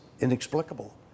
inexplicable